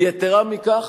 יתירה מכך,